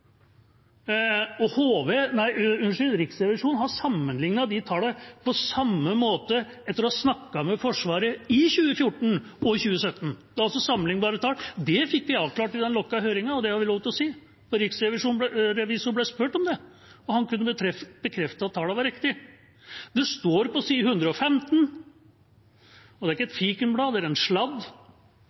Riksrevisjonen har sammenlignet tallene etter å ha snakket med Forsvaret i 2014 og i 2017, det er altså sammenlignbare tall. Det fikk vi avklart i den lukkede høringen, og det har vi lov til å si, for riksrevisoren ble spurt om det, og han kunne bekrefte at tallene var riktige. Det står på side 115, og det er ikke et fikenblad, det er en sladd